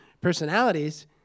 personalities